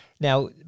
Now